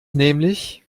nämlich